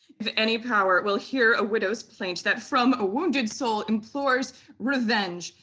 if any power will hear a widow's plaint, that from a wounded soul implores revenge,